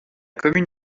commune